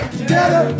together